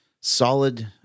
solid